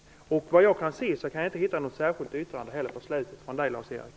Det är märkligt att Lars-Erik Lövdén där inte, såvitt jag kan se, har avgivit något särskilt yttrande i frågan.